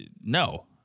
No